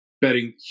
betting